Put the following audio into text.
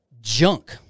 junk